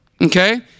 Okay